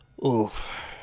oof